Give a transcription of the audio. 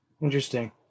interesting